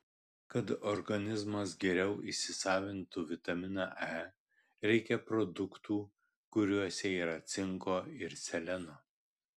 kad organizmas geriau įsisavintų vitaminą e reikia produktų kuriuose yra cinko ir seleno